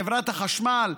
חברת החשמל,